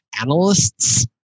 analysts